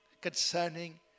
Concerning